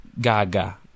Gaga